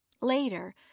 Later